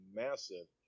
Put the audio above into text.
massive